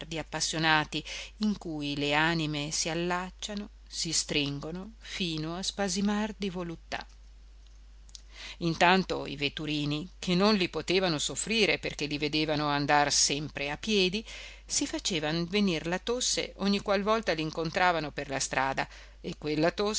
sguardi appassionati in cui le anime si allacciano si stringono fino a spasimar di voluttà intanto i vetturini che non li potevano soffrire perché li vedevano andar sempre a piedi si facevano venir la tosse ogni qual volta li incontravano per la strada e quella